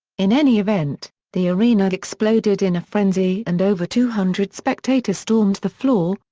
in any event, the arena exploded in a frenzy and over two hundred spectators stormed the floor,